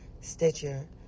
Stitcher